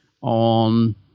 on